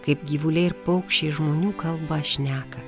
kaip gyvuliai ir paukščiai žmonių kalba šneka